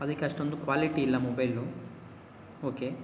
ಅದಕ್ಕೆ ಅಷ್ಟೊಂದು ಕ್ವಾಲಿಟಿ ಇಲ್ಲ ಮೊಬೈಲು ಓಕೆ